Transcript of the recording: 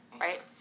right